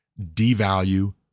devalue